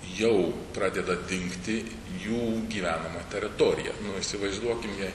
jau pradeda dingti jų gyvenama teritorija nu įsivaizduokim jei